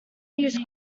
use